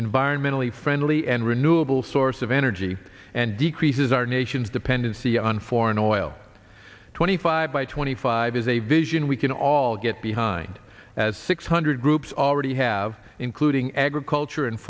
environmentally friendly and renewable source of energy and decreases our nation's dependency on foreign oil twenty five by twenty five is a vision we can all get behind as six hundred groups already have including agriculture and